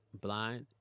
blind